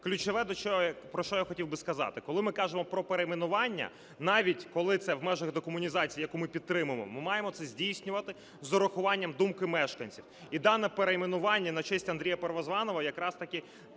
ключове, про що я хотів би сказати. Коли ми кажемо про перейменування, навіть коли це в межах декомунізації, яку ми підтримуємо, ми маємо це здійснювати з урахуванням думки мешканців. І дане перейменування на честь Андрія Первозваного якраз таки